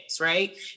right